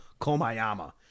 Komayama